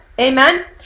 amen